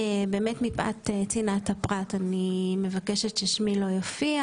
באמת מפאת צנעת הפרט אני מבקשת ששמי לא יופיע,